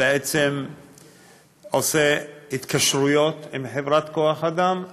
בעצם עושה התקשרויות עם חברת כוח אדם.